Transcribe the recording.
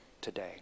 today